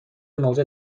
موضع